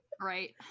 right